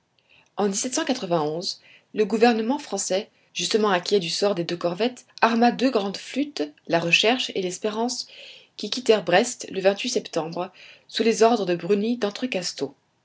en le gouvernement français justement inquiet du sort des deux corvettes arma deux grandes flûtes la recherche et l'espérance qui quittèrent brest le septembre sous les ordres de bruni